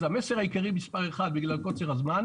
אז המסר העיקרי מספר אחד בגלל קוצר הזמן